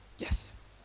Yes